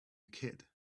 kid